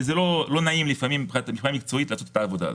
וזה לא נעים לפעמים מקצועית לעשות את העבודה הזאת.